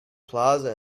plaza